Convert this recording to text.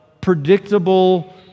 predictable